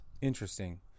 Interesting